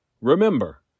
Remember